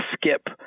skip